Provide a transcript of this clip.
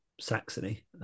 Saxony